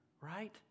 right